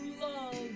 love